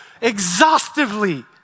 exhaustively